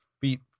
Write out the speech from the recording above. feet